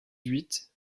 huit